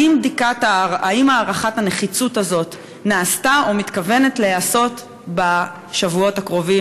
האם הערכת הנחיצות הזאת נעשתה או מתוכננת להיעשות בשבועות הקרובים,